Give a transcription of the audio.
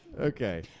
Okay